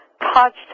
touched